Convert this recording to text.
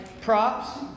props